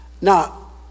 Now